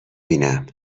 بینم